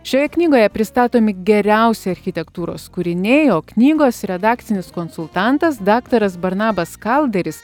šioje knygoje pristatomi geriausi architektūros kūriniai o knygos redakcinis konsultantas daktaras barnabas kalderis